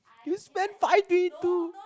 you spend five three two